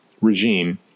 regime